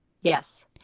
Yes